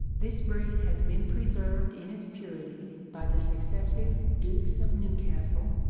this breed has been preserved in its purity by the successive dukes of newcastle,